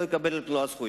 לא יקבל את מלוא הזכויות.